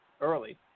early